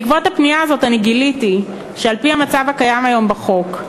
בעקבות הפנייה הזאת אני גיליתי שעל-פי המצב הקיים היום בחוק,